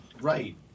right